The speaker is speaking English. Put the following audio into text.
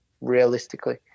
realistically